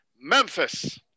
Memphis